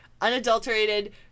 unadulterated